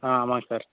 ஆ ஆமாங்க சார்